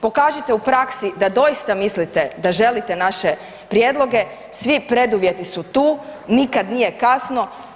Pokažite u praksi da doista mislite da želite naše prijedloge, svi preduvjeti su tu, nikad nije kasno.